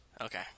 Okay